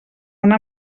una